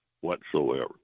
whatsoever